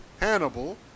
Hannibal